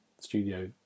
studio